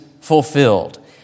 fulfilled